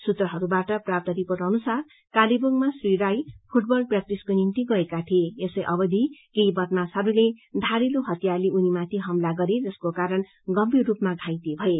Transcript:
सूत्रहरूबाट प्राप्त रिपोर्ट अनुसार कालेबुङमा श्री राई फुटबल प्रेक्टिसको निम्ति गएका थिए यसै अवधि केही बदमाशहरूले धारिलो हतियारले उनीमाथि हमला गरे जसको कारण गम्भीर सूपमा घाइते भए